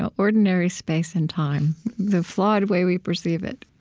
ah ordinary space and time, the flawed way we perceive it?